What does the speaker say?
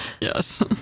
Yes